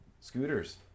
scooters